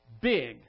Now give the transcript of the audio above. big